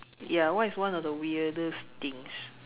ya what is one of the weirdest things